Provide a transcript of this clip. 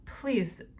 please